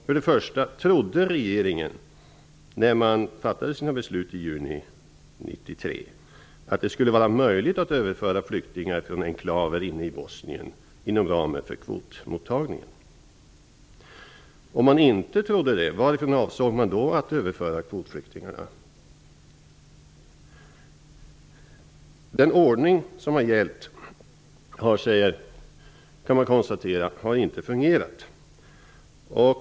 För det första: Trodde regeringen, när den fattade sina beslut i juni 1993, att det skulle vara möjligt att överföra flyktingar från enklaver inne i Bosnien inom ramen för kvotmottagningen? Om regeringen inte trodde det, varifrån avsåg den då att överföra kvotflyktingarna? Man kan konstatera att den ordning som har gällt inte har fungerat.